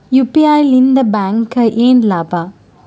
UPI ಲಿಂದ ಬ್ಯಾಂಕ್ಗೆ ಏನ್ ಲಾಭ?